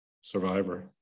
Survivor